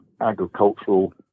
agricultural